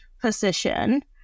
position